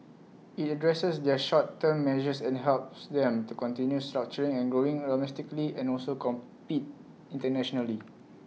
IT addresses their short term measures and helps them to continue structuring and growing domestically and also compete internationally